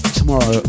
Tomorrow